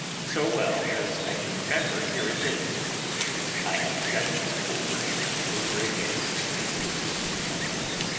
so well as i can remember, here it is i have studied, over and over again since they came into my hands,